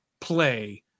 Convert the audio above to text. play